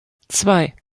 zwei